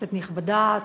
כנסת נכבדה,